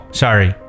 sorry